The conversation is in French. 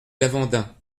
lavandin